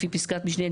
לפני פסקת משנה,